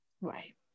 Right